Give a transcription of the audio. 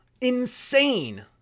Insane